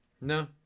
no